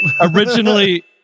originally